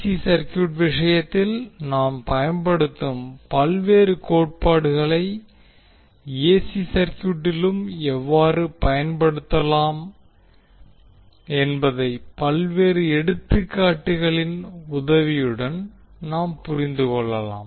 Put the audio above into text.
C circuit விஷயத்தில் நாம் பயன்படுத்தும் பல்வேறு கோட்பாடுகளை ஏசி சர்க்யூட்டிலும் எவ்வாறு பயன்படுத்தப்படலாம் என்பதைப் பல்வேறு எடுத்துக்காட்டுகளின் உதவியுடன் நாம் புரிந்துகொள்ளலாம்